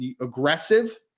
aggressive